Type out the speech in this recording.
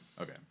Okay